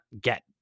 get